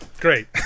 Great